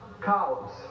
columns